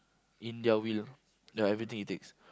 in their will ya everything it takes